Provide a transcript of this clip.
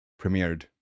premiered